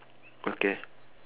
okay